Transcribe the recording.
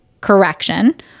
correction